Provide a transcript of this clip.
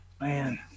Man